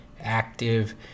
active